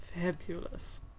Fabulous